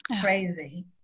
crazy